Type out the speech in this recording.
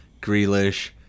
Grealish